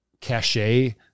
cachet